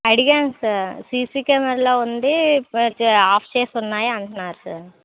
అడిగాను sir CC కెమెరాలో ఉంది బట్ ఆఫ్ చేసున్నాయి అంటున్నారు సార్